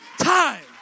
time